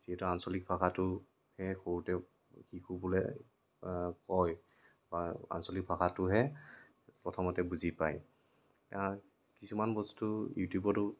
যিহেতু আঞ্চলিক ভাষাটো সেই সৰুতে শিশুসকলে কয় বা আঞ্চলিক ভাষাটোহে প্ৰথমতে বুজি পায় কিছুমান বস্তু ইউটিউবতো